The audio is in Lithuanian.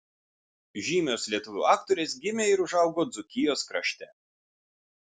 žymios lietuvių aktorės gimė ir užaugo dzūkijos krašte